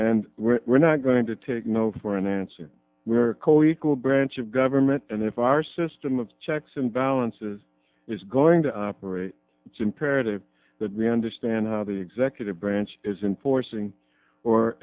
and we're not going to take no for an answer we're co equal branch of government and if our system of checks and balances is going to operate it's imperative that we understand how the executive branch is in forcing or